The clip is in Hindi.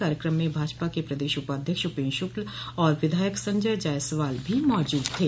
कार्यक्रम में भाजपा के प्रदेश उपाध्यक्ष उपेन्द्र शुक्ल और विधायक संजय जायसवाल भी माजूद थे